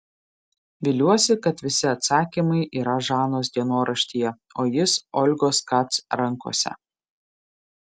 viliuosi kad visi atsakymai yra žanos dienoraštyje o jis olgos kac rankose